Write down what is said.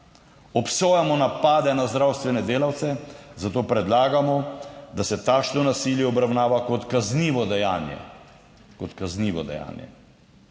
Obsojamo napade na zdravstvene delavce, zato predlagamo, da se takšno nasilje obravnava kot kaznivo dejanje,